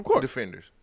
defenders